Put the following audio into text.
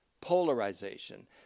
polarization